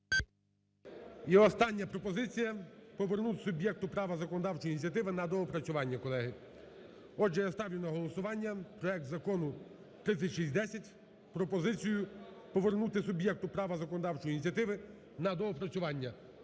І остання пропозиція, повернути суб'єкту права законодавчої ініціативи на доопрацювання, колеги. Отже, я ставлю на голосування проект Закону 3610 пропозицію повернути суб'єкту права законодавчої ініціативи на доопрацювання,